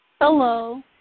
Hello